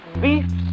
beef